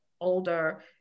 older